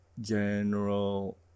general